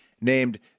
named